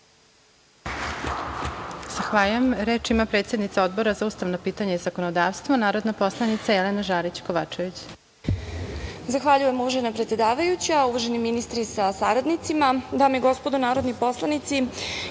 Zahvaljujem, uvažena predsedavajuća. Uvaženi ministri sa saradnicima, dame i gospodo narodni poslanici,